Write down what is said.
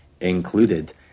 included